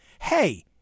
hey